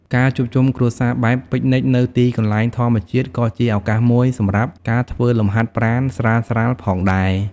ការជួបជុំគ្រួសារបែបពិកនិចនៅទីកន្លែងធម្មជាតិក៏ជាឱកាសមួយសម្រាប់ការធ្វើលំហាត់ប្រាណស្រាលៗផងដែរ។